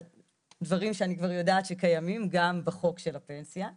דברים שאני כבר יודעת שקיימים גם בחוק של הפנסיה,